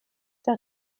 der